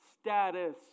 status